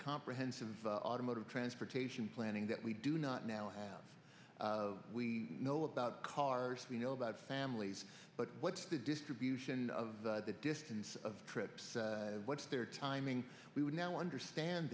comprehensive automotive transportation planning that we do not now have of we know about cars we know about families but what's the distribution of the distance of trips what's their timing we would now understand